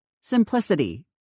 Simplicity